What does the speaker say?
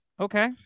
Okay